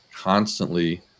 constantly